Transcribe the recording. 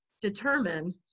determine